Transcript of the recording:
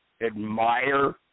admire